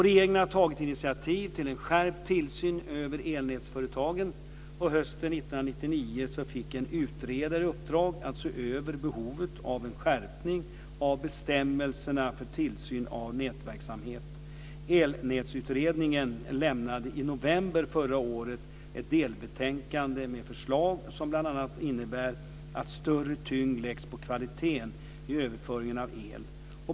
Regeringen har tagit initiativ till en skärpt tillsyn över elnätsföretagen. Hösten 1999 fick en utredare i uppdrag att se över behovet av en skärpning av bestämmelserna för tillsynen av nätverksamhet. Elnätsutredningen lämnade i november förra året ett delbetänkande med förslag som bl.a. innebär att större tyngd läggs på kvaliteten i överföringen av el.